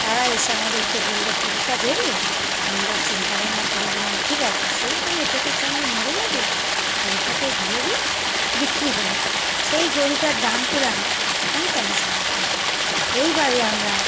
তারা এসে আমাদেরকে বলল গোরুটা দেবে আমরা চিন্তা ভাবনা করে বললাম ঠিক আছে সেই কেন চোখের সামনে মরে যাবে গোরুটাকে দিয়ে দিই বিক্রি করে দিলাম সেই গোরুটার দাম পেলাম পঁয়তাল্লিশ হাজার টাকা এইভাবে আমরা